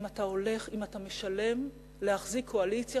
אם אתה הולך, אם אתה משלם להחזיק קואליציה